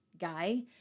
guy